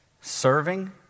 Serving